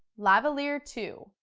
lavalier two,